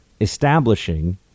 establishing